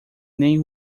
nem